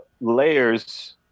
layers